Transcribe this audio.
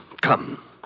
Come